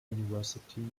university